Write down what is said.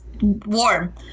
warm